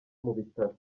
mubitaro